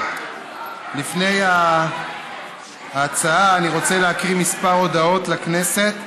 לפני ההצעה אני רוצה להקריא כמה הודעות לכנסת.